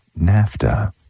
NAFTA